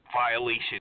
violation